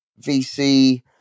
VC